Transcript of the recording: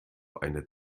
eine